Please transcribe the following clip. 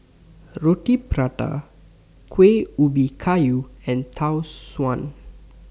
Roti Prata Kuih Ubi Kayu and Tau Suan